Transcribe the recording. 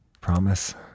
Promise